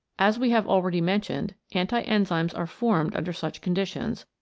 as we have already mentioned, anti-enzymes are formed under such conditions,